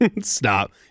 Stop